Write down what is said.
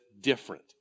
different